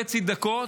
9:30 דקות,